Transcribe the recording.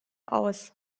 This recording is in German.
aus